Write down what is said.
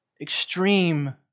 extreme